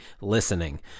listening